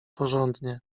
porządnie